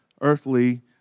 earthly